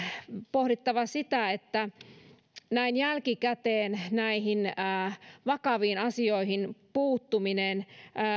pohdittava sitä että näin jälkikäteen näihin vakaviin asioihin puuttuminen